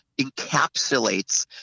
encapsulates